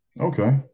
Okay